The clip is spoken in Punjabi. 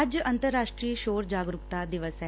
ਅੱਜ ਅੰਤਰਰਾਸ਼ਟਰੀ ਸ਼ੋਰ ਜਾਗਰੂਕਤਾ ਦਿਵਸ ਐ